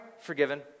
Forgiven